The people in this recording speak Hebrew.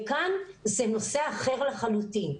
כאן זה נושא אחר לחלוטין.